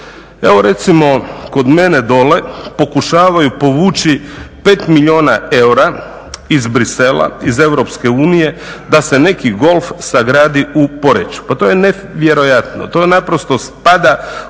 Evo recimo kod mene dole pokušavaju povući pet milijuna eura iz Bruxellesa, iz EU, da se neki golf sagradi u Poreču. Pa to je nevjerojatno! To naprosto spada u ono